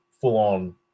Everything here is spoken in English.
full-on